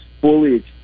fully